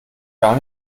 gar